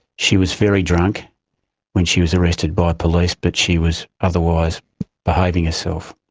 she was very drunk when she was arrested by police but she was otherwise behaving herself.